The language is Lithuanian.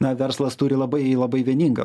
na verslas turi labai labai vieningą